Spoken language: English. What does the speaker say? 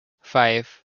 five